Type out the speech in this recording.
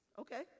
Okay